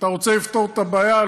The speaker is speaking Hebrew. אתה רוצה לפתור את הבעיה?